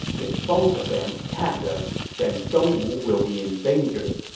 if both of them attack us, then dongwu will be in danger.